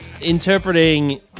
interpreting